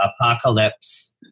apocalypse